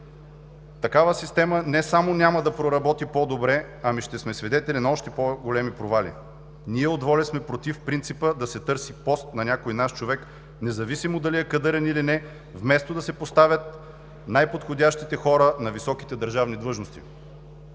Такава система не само няма да проработи по-добре, ами ще сме свидетели на още по-големи провали. Ние от ВОЛЯ сме против принципа да се търси пост на някой „наш човек“, независимо дали е кадърен или не, вместо да се поставят най-подходящите хора на високите държавни длъжности.